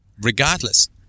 regardless